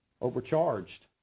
Overcharged